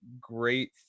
great